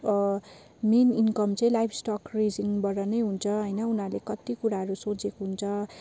main income चाहिँ livestock रिजनबाट नै हुन्छ उनीहरूले कति कुराहरू सोचेको हुन्छ